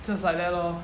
so it's like that lor